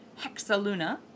Hexaluna